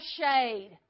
shade